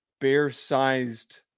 bear-sized